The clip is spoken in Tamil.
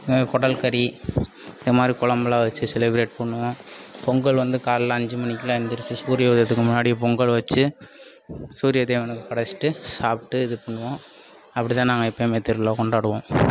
குடல் கறி இந்த மாதிரி குழம்புலாம் வச்சு செலிப்ரேட் பண்ணுவோம் பொங்கல் வந்து காலையில் அஞ்சு மணிக்கெலாம் எழுந்திரிச்சி சூரிய உதயத்துக்கு முன்னாடி பொங்கல் வச்சு சூரிய தேவனுக்கு படைச்சிட்டு சாப்பிட்டு இது பண்ணுவோம் அப்படி தான் நாங்கள் எப்பேயுமே திருவிழா கொண்டாடுவோம்